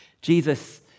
Jesus